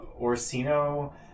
Orsino